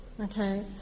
okay